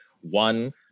One